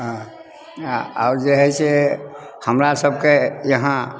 आ आ आओर जे हइ से हमरा सभके यहाँ